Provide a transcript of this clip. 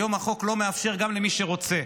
היום החוק לא מאפשר גם למי שרוצה,